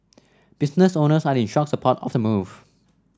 business owners are in strong support of the move